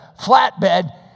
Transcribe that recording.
flatbed